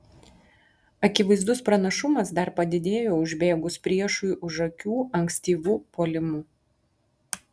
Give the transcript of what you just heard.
akivaizdus pranašumas dar padidėjo užbėgus priešui už akių ankstyvu puolimu